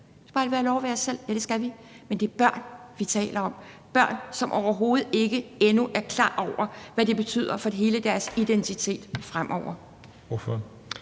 os selv. Bare have lov at være os selv, ja, det skal vi, men det er børn, vi taler om. Børn, som overhovedet ikke endnu er klar over, hvad det betyder for hele deres identitet fremover. Kl.